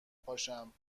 پاشم